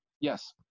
Yes